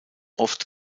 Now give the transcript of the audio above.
oft